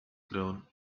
grown